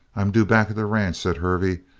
i'm due back at the ranch, said hervey,